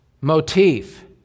motif